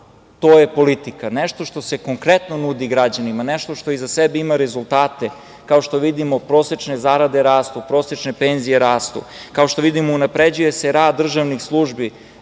To je politika. Nešto što se konkretno nudi građanima. Nešto što iza sebe ima rezultate. Kao što vidimo, prosečne zarade rastu, prosečne penzije rastu. Kao što vidimo, unapređuje se rad državnih službi,